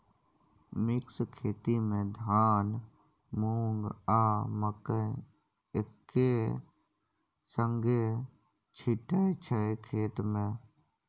mix खेती मे धान, मुँग, आ मकय एक्के संगे छीटय छै खेत मे